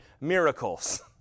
miracles